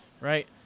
Right